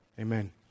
Amen